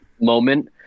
moment